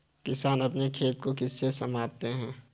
किसान अपने खेत को किससे मापते हैं?